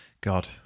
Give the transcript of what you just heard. God